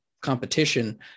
competition